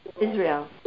Israel